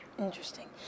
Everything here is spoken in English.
Interesting